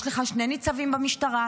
יש לך שני ניצבים במשטרה.